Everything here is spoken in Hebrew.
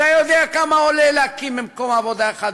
אתה יודע כמה עולה להקים מקום עבודה אחד בישראל?